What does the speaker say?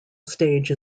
stage